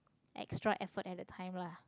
extra effort at the time lah